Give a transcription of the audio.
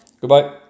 Goodbye